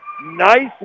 Nice